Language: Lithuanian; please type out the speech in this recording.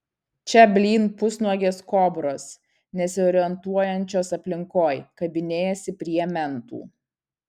čia blyn pusnuogės kobros nesiorientuojančios aplinkoj kabinėjasi prie mentų